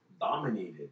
dominated